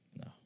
No